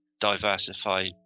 diversify